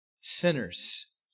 sinners